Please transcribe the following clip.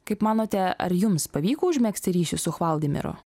kaip manote ar jums pavyko užmegzti ryšį su hvaldimiru